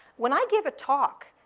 when i give a talk,